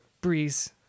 breeze